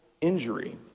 injury